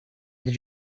did